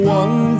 one